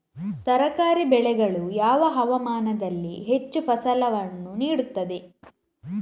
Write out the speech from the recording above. ತರಕಾರಿ ಬೆಳೆಗಳು ಯಾವ ಹವಾಮಾನದಲ್ಲಿ ಹೆಚ್ಚು ಫಸಲನ್ನು ನೀಡುತ್ತವೆ?